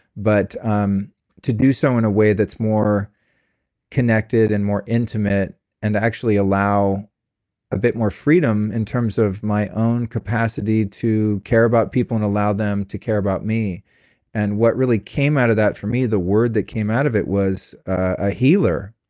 but um to do so in a way that's more connected and more intimate and actually allow a bit more freedom in terms of my own capacity to care about people and allow them to care about me and what really came out of that for me, the word that came out of it was a healer,